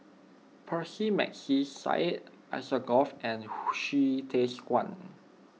Percy McNeice Syed Alsagoff and Hsu Tse Kwang